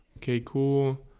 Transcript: okay cool.